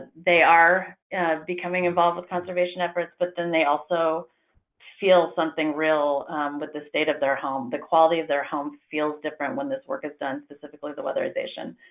they are becoming involved with conservation efforts, but then they also feel something real with the state of their home. the quality of their home feels different when this work is done, specifically the weatherization.